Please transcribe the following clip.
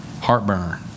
heartburn